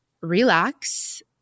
relax